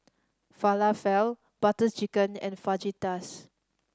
Falafel Butter Chicken and Fajitas